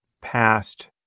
past